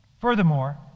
Furthermore